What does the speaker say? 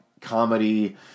comedy